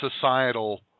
societal